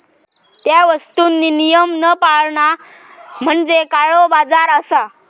त्या वस्तुंनी नियम न पाळणा म्हणजे काळोबाजार असा